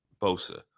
Bosa